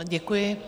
Děkuji.